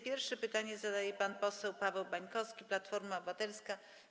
Pierwsze pytanie zadaje pan poseł Paweł Bańkowski, Platforma Obywatelska.